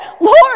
Lord